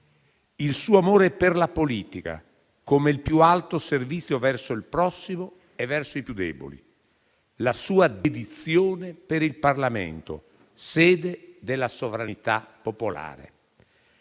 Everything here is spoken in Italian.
del suo amore per la politica, come il più alto servizio verso il prossimo e verso i più deboli, e della sua dedizione al Parlamento, sede della sovranità popolare.